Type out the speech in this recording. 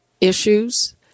issues